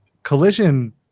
Collision